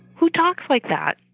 who talks like that!